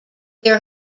their